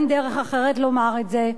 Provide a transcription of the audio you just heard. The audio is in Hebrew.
אין דרך אחרת לומר את זה,